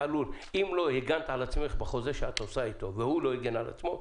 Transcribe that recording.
אם לא הגנת על עצמך בחוזה שאת עושה אתו והוא לא הגן על עצמו,